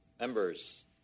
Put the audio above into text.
Members